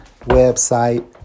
website